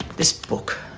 this book,